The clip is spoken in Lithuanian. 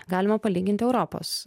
galima palyginti europos